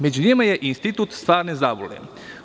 Među njima je i institut stvarne zablude.